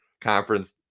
conference